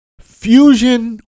fusion